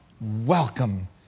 welcome